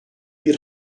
bir